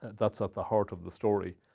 that's at the heart of the story.